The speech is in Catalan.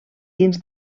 dins